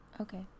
Okay